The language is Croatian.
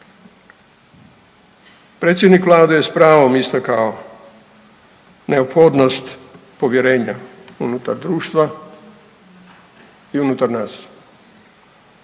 Predsjednik Vlade je s pravom istakao neophodnost povjerenja unutar društva i unutar nas.